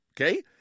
okay